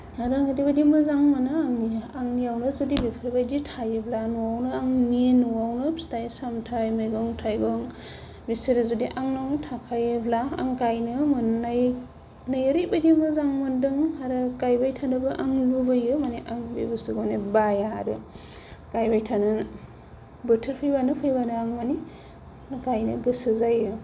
आरो ओरैबायदि मोजां मोनो आंनि आंनियावनो जुदि बेफोरबायदि थायोब्ला न'आवनो आंनि न'आवनो फिथाय सामथाय मैगं थाइगं बेसोरो जुदि आंनावनो थाखायोब्ला आं गायनो मोननानै ओरैबायदि मोजां मोनदों आरो गायबाय थानोबो आंङो लुबैयो माने आं बे बुस्थुखौ माने बाया आरो गायबाय थानो बोथोर फैब्लानो फैल्बानो आं माने गायनो गोसो जायो